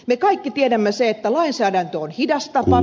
me kaikki tiedämme sen että lainsäädäntö on hidasta